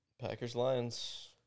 Packers-Lions